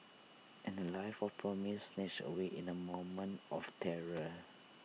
and A life of promise snatched away in A moment of terror